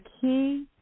key